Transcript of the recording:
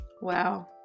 wow